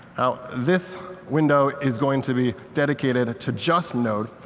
this window is going to be dedicated to just node,